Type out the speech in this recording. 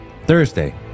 Thursday